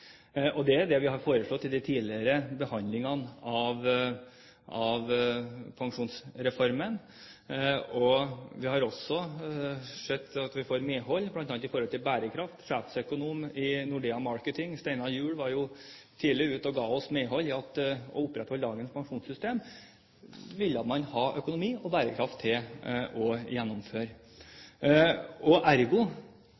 og det er det vi har foreslått ved de tidligere behandlingene av Pensjonsreformen. Vi har også sett at vi får medhold, bl.a. når det gjelder bærekraft. Sjeføkonom Steinar Juel i Nordea Markets var tidlig ute og ga oss medhold i at det å opprettholde dagens pensjonssystem vil man ha økonomi og bærekraft til å gjennomføre.